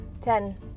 Ten